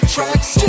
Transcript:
Tracks